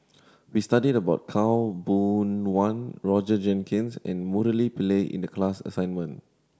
we studied about Khaw Boon Wan Roger Jenkins and Murali Pillai in the class assignment